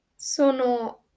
Sono